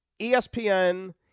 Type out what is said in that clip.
ESPN